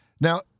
Now